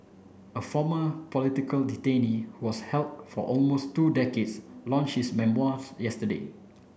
a former political detainee who was held for almost two decades launch his memoirs yesterday